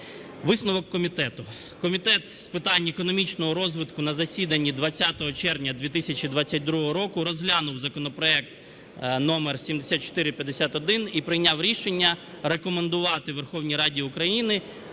Висновок комітету. Комітет з питань економічного розвитку на засіданні 20 червня 2022 року розглянув законопроект номер 7451 і прийняв рішення рекомендувати Верховній Раді України